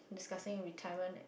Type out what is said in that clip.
discussing retirement